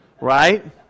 Right